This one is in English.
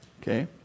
Okay